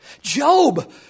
Job